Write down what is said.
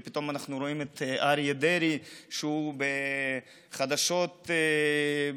ופתאום אנחנו רואים שאריה דרעי בחדשות מרשה